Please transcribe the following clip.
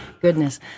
goodness